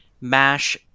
mash